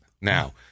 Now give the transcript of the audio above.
Now